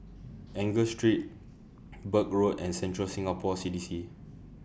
Enggor Street Birch Road and Central Singapore C D C